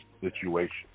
situation